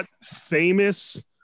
Famous